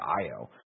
Io